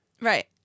Right